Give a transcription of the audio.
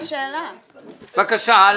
בבקשה, הלאה.